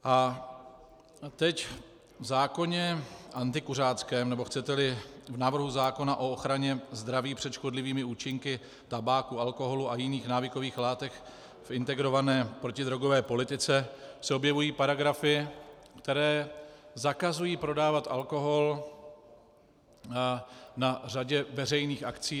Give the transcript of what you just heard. A teď v zákoně antikuřáckém, nebo chceteli v návrhu zákona o ochraně zdraví před škodlivými účinky tabáku, alkoholu a jiných návykových látek, v integrované protidrogové politice se objevují paragrafy, které zakazují prodávat alkohol na řadě veřejných akcí.